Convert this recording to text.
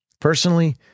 Personally